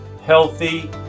healthy